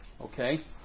Okay